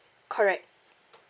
correct